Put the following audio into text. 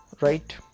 Right